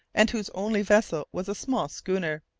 and whose only vessel was a small schooner.